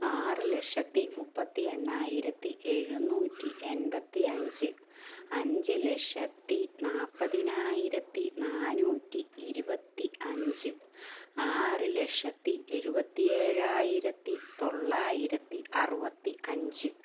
ആറ് ലക്ഷത്തി മുപ്പത്തി എണ്ണായിരത്തി എഴുന്നൂറ്റി എൺപത്തി അഞ്ച് അഞ്ച് ലക്ഷത്തി നാൽപ്പത്തിനായിരത്തി നാനൂറ്റി ഇരുപത്തി അഞ്ച് ആറ് ലക്ഷത്തി എഴുപത്തി ഏഴായിരത്തി തൊള്ളായിരത്തി അറുപത്തി അഞ്ച്